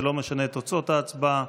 זה לא משנה את תוצאות ההצבעה.